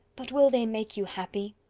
but will they make you happy?